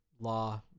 law